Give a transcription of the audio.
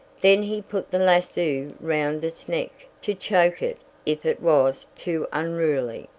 then he put the lasso round its neck, to choke it if it was too unruly,